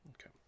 Okay